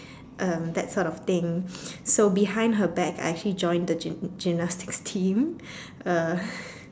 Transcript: um that sort of thing so behind her back I actually join the gym gymnastics team uh